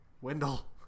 wendell